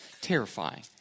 terrifying